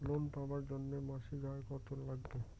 Loan পাবার জন্যে মাসিক আয় কতো লাগবে?